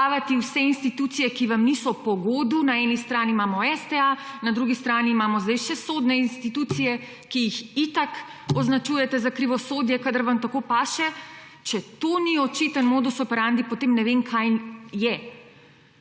vse institucije, ki vam niso pogodu, na eni strani imamo STA, na drugi strani imamo zdaj še sodne institucije, ki jih itak označujete za krivosodje, kadar vam tako paše. Če to ni očiten modus operandi, potem ne vem, kaj je.